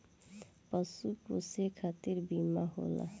पशु पोसे खतिर बीमा होला